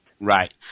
Right